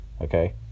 Okay